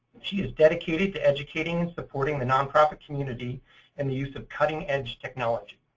she is dedicated to educating and supporting the nonprofit community in the use of cutting edge technology.